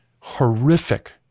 horrific